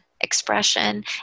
expression